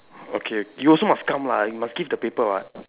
okay you also must come lah you must give the paper what